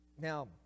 Now